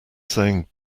saying